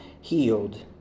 healed